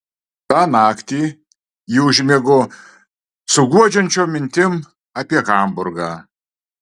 tą naktį ji užmigo su guodžiančiom mintim apie hamburgą